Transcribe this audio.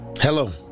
Hello